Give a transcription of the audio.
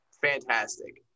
fantastic